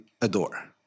adore